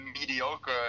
mediocre